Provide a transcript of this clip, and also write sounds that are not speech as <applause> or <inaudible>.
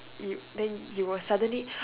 you then you will suddenly <breath>